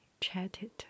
chatted